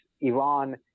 Iran